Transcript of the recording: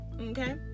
okay